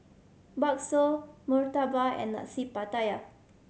bakso murtabak and Nasi Pattaya